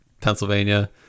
Pennsylvania